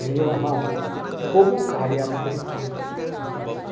देवः बहुकार्याणि कृतवान् आसीत्